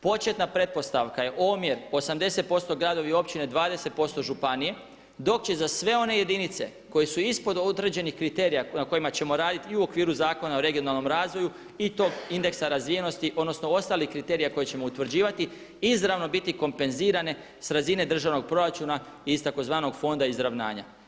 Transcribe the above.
Početna pretpostavka je omjer 80% gradovi i općine, 20% županije dok će za sve one jedinice koje su ispod određenih kriterija na kojima ćemo raditi i u okviru Zakona o regionalnom razvoju i tog indeksa razvijenosti odnosno ostalih kriterija koje ćemo utvrđivati izravno biti kompenzirane sa razine državnog proračuna iz tzv. fonda izravnanja.